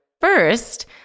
First